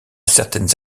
certaines